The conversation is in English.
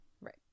Right